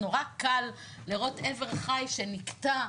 נורא קל לראות אבר חי שנקטע,